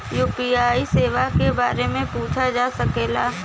UPI सेवा के बारे में पूछ जा सकेला सवाल?